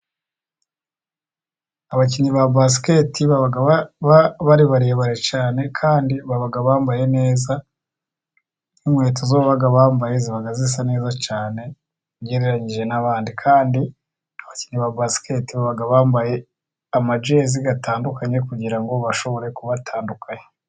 Abakinnyi ba basiketiboro baba ari barebare cyane, kandi baba bambaye neza, n'inkweto zabo baba bambaye ziba zisa neza cyane ugereranije nabandi, kandi abakinnyi ba basiketi baba bambaye amajezi atandukanye, kugira ngo bashobore kubatandukanya.